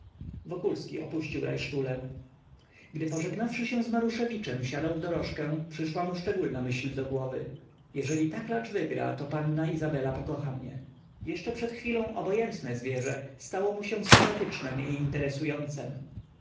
wokulski opuścił rajtszulę gdy pożegnawszy się z maruszewiczem siadał w dorożkę przyszła mu szczególna myśl do głowy jeżeli ta klacz wygra to panna izabela pokocha mnie i nagle zawrócił się jeszcze przed chwilą obojętne zwierzę stało mu się sympatycznem i interesującem